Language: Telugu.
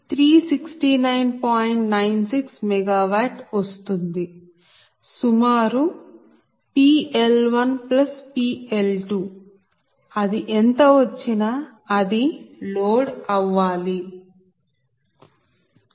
96 MWవస్తుంది సుమారు ≈ PL1PL2 అది ఎంత వచ్చినా అది లోడ్ అవ్వాలి